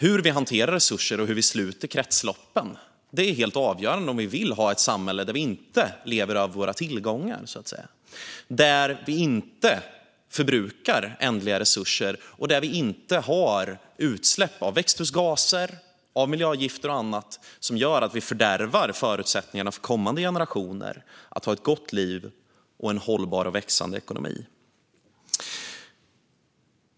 Hur vi hanterar resurser och hur vi sluter kretsloppen är helt avgörande om vi vill ha ett samhälle där vi inte lever över våra tillgångar, där vi inte förbrukar ändliga resurser och där vi inte har utsläpp av växthusgaser, miljögifter och annat som gör att vi fördärvar förutsättningarna för kommande generationer att ha ett gott liv och en hållbar och växande ekonomi.